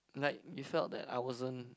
like you felt that I wasn't